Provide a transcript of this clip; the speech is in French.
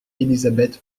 elisabeth